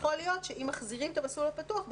יכול להיות שאם מחזירים את המסלול הפתוח,